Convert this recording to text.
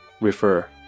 refer